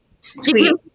sweet